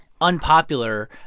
unpopular